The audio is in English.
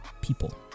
people